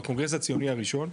בקונגרס הציוני הראשון,